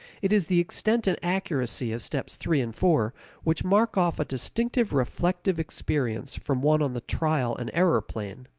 it is the extent and accuracy of steps three and four which mark off a distinctive reflective experience from one on the trial and error plane.